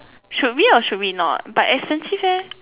should we or should we not but expensive leh